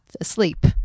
asleep